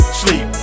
sleep